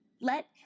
Let